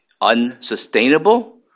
unsustainable